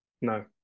No